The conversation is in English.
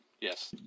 yes